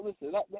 Listen